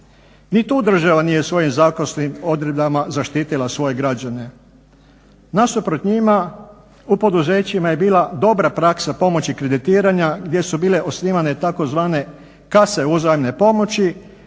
Ni tu država nije svojim zakonskim odredbama zaštitila svoje građane. Nasuprot njima, u poduzećima je bila dobra praksa pomoći kreditiranja gdje su bile osnivane tzv. kase uzajamne pomoći